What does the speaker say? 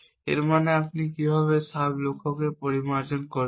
এর মানে আপনি কীভাবে সাব লক্ষ্যকে পরিমার্জন করবেন